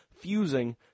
fusing